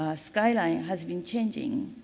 skyline has been changing.